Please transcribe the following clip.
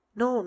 no